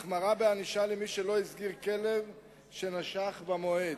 החמרה בענישה למי שלא הסגיר כלב שנשך במועד,